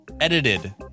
edited